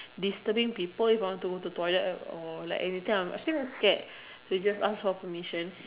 disturbing people if I want to go to toilet I were like anything I I feel very scared so just ask for permission